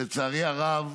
לצערי הרב,